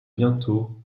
bientôt